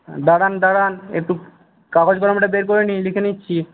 দাঁড়ান দাঁড়ান একটু কাগজ কলমটা বের করে নিই লিখে নিচ্ছি